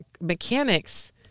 mechanics